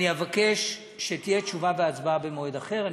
אני אבקש תשובה והצבעה במועד אחר.